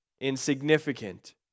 insignificant